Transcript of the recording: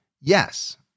yes